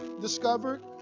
discovered